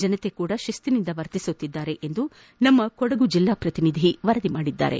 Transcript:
ಜನತೆಯೂ ಸಹ ಶಿಶ್ತಿನಿಂದ ವರ್ತಿಸುತ್ತಿದ್ದಾರೆ ಎಂದು ನಮ್ಮ ಕೊಡಗು ಪ್ರತಿನಿಧಿ ವರದಿ ಮಾಡಿದ್ದಾರೆ